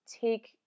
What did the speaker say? take